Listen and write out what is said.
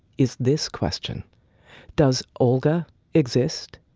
is this question does olga exist?